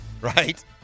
Right